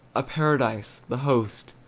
a paradise, the host,